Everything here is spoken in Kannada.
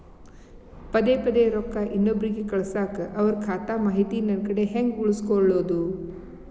ಪದೆ ಪದೇ ರೊಕ್ಕ ಇನ್ನೊಬ್ರಿಗೆ ಕಳಸಾಕ್ ಅವರ ಖಾತಾ ಮಾಹಿತಿ ನನ್ನ ಕಡೆ ಹೆಂಗ್ ಉಳಿಸಿಕೊಳ್ಳೋದು?